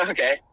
Okay